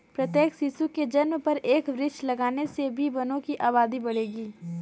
प्रत्येक शिशु के जन्म पर एक वृक्ष लगाने से भी वनों की आबादी बढ़ेगी